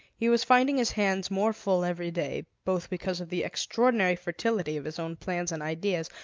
he was finding his hands more full every day, both because of the extraordinary fertility of his own plans and ideas,